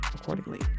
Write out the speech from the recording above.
accordingly